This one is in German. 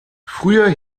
früher